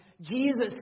Jesus